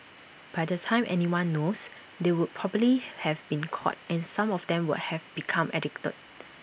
by the time anyone knows they would probably have been caught and some of them would have become addicted